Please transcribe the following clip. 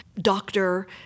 doctor